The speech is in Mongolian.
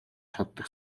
чаддаг